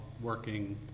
working